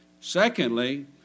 Secondly